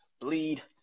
Bleed